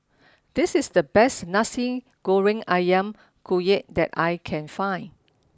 this is the best Nasi Goreng Ayam Kunyit that I can find